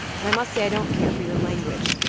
and i must say i don't care for your language.